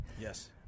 Yes